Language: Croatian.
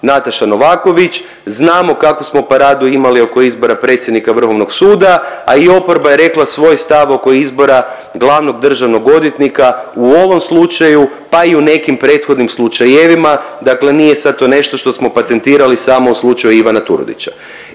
Nataša Novaković, znamo kakvu smo paradu imali oko izbora predsjednika Vrhovnog suda, a i oporba je rekla svoj stav oko izbora glavnog državnog odvjetnika u ovom slučaju, pa i u nekim prethodnim slučajevima, dakle nije sad to nešto što smo patentirali samo u slučaju Ivana Turudića.